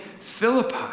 Philippi